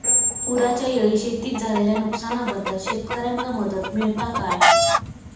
पुराच्यायेळी शेतीत झालेल्या नुकसनाबद्दल शेतकऱ्यांका मदत मिळता काय?